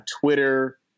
Twitter